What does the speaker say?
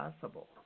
possible